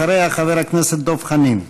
אחריה, חבר הכנסת דב חנין.